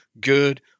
good